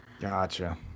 Gotcha